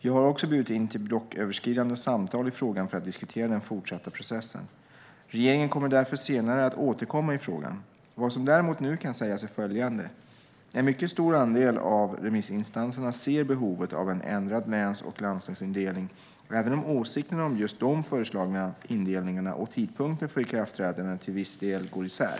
Jag har också bjudit in till blocköverskridande samtal i frågan för att diskutera den fortsatta processen. Regeringen kommer därför senare att återkomma i frågan. Vad som däremot nu kan sägas är följande. En mycket stor andel av remissinstanserna ser behovet av en ändrad läns och landstingsindelning, även om åsikterna om just de föreslagna indelningarna och tidpunkten för ikraftträdandet till viss del går isär.